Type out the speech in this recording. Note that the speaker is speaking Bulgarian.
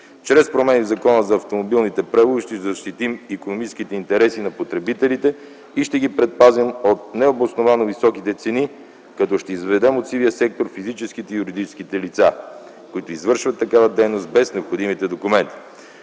Чрез промени в Закона за автомобилните превози ще защитим икономическите интереси на потребителите и ще ги предпазим от необосновано високите цени като ще изведем от сивия сектор физическите и юридическите лица, които извършват такава дейност без необходимите документи.